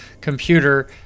computer